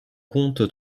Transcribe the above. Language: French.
compte